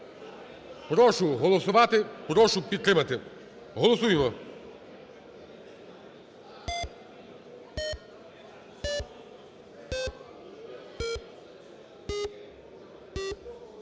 Прошу проголосувати, прошу підтримати. Голосуємо.